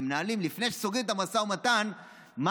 ומנהלים לפני שסוגרים את המשא ומתן מה